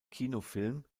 kinofilm